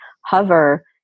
hover